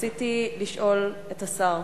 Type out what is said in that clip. רציתי לשאול את השר: